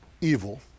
evil